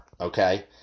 okay